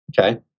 Okay